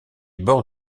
bords